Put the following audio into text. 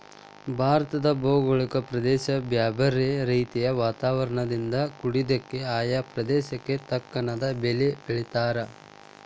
ಭಾರತದ ಭೌಗೋಳಿಕ ಪ್ರದೇಶ ಬ್ಯಾರ್ಬ್ಯಾರೇ ರೇತಿಯ ವಾತಾವರಣದಿಂದ ಕುಡಿದ್ದಕ, ಆಯಾ ಪ್ರದೇಶಕ್ಕ ತಕ್ಕನಾದ ಬೇಲಿ ಬೆಳೇತಾರ